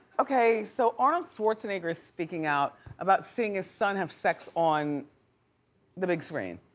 okay, so arnold schwarzenegger's speaking out about seeing his son have sex on the big screen.